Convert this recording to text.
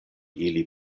ili